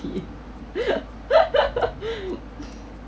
deed